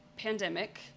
pandemic